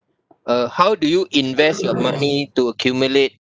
uh how do you invest your money to accumulate